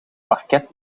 parket